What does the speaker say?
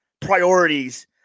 priorities